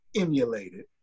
emulated